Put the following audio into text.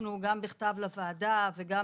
הגשנו גם בכתב לוועדה וגם